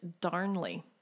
Darnley